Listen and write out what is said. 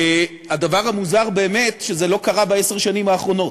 הדבר המוזר באמת, שזה לא קרה בעשר השנים האחרונות.